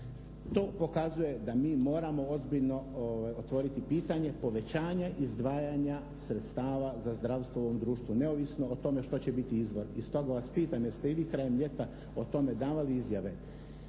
To pokazuje da mi moramo ozbiljno otvoriti pitanje povećanja izdvajanja sredstava za zdravstvo u ovom društvu neovisno o tome što će biti izvor i stoga vas pitam jer ste i vi krajem ljeta o tome davali izjave.